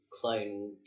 clone